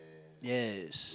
yes